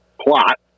plot